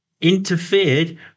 interfered